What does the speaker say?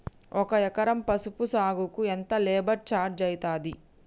ఒక ఎకరం పసుపు సాగుకు ఎంత లేబర్ ఛార్జ్ అయితది?